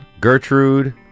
Gertrude